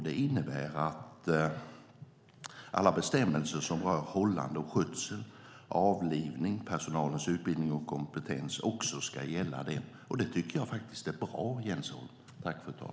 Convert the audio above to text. Det innebär att alla bestämmelser som rör hållande och skötsel, avlivning samt personalens utbildning och kompetens också ska gälla dem. Det tycker jag faktiskt är bra, Jens Holm.